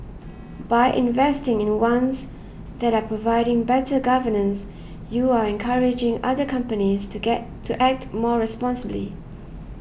by investing in ones that are providing better governance you're encouraging other companies to act more responsibly